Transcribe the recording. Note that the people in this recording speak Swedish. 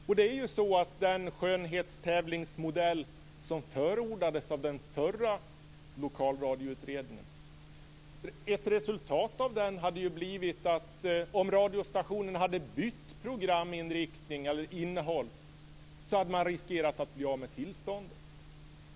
Ett resultat av den skönhetstävlingsmodell som förordades av den förra lokalradioutredningen hade blivit att om en radiostation hade bytt programinriktning eller innehåll hade man riskerat att bli av med tillståndet.